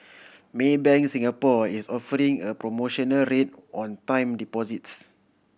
Maybank Singapore is offering a promotional rate on time deposits